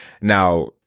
Now